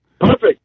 Perfect